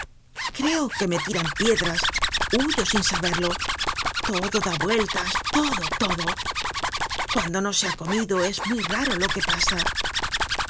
creo que me tiran piedras huyo sin saberlo todo da vueltas todo todo cuando no se ha comido es muy raro lo que pasa